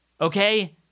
Okay